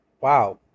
Wow